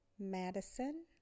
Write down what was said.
Madison